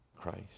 christ